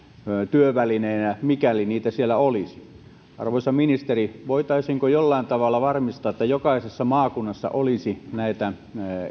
työvälineinä mikäli niitä siellä olisi arvoisa ministeri voitaisiinko jollain tavalla varmistaa että jokaisessa maakunnassa olisi näitä